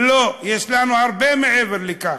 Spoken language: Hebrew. לא, יש לנו הרבה מעבר לכך.